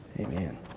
amen